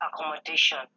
accommodation